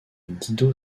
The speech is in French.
guido